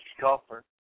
golfer